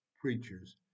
preachers